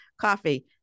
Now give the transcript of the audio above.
coffee